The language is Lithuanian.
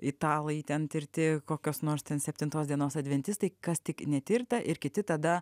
italai ten tirti kokios nors ten septintos dienos adventistai kas tik netirta ir kiti tada